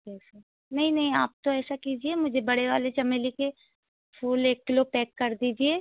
कैसे नहीं नहीं आप तो ऐसा कीजिए मुझे बड़े वाले चमेली के फूल एक किलो पैक कर दीजिए